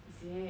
is it